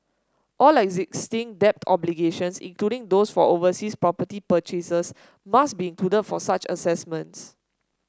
all existing debt obligations including those for overseas property purchases must be included for such assessments